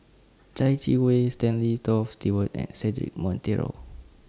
Chai Yee Wei Stanley Toft Stewart and Cedric Monteiro